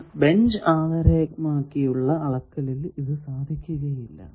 എന്നാൽ ബെഞ്ച് ആധാരമാക്കിയുള്ള അളക്കലിൽ അത് സാധിക്കില്ല